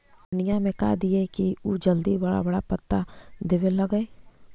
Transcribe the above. धनिया में का दियै कि उ जल्दी बड़ा बड़ा पता देवे लगै?